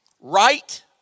right